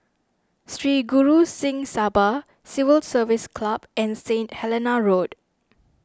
Sri Guru Singh Sabha Civil Service Club and Saint Helena Road